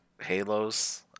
halos